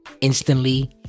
instantly